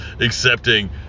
accepting